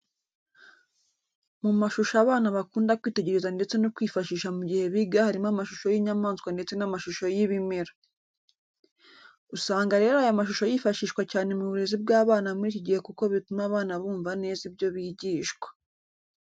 Mu mashusho abana bakunda kwitegereza ndetse no kwifashisha mu gihe biga harimo amashusho y'inyamaswa ndetse n'amashusho y'ibimera. Usanga rero aya mashusho yifashishwa cyane mu burezi bw'abana muri iki gihe kuko bituma abana bumva neza ibyo bigishwa.